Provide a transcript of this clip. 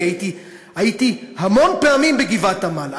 אני הייתי המון פעמים בגבעת-עמל,